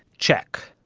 check.